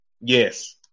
Yes